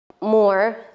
more